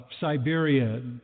Siberia